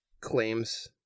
claims